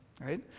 Right